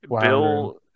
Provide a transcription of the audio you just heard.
Bill